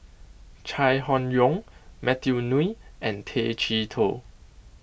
Chai Hon Yoong Matthew Ngui and Tay Chee Toh